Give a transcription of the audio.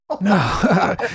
No